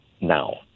now